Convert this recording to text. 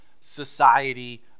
society